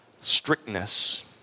strictness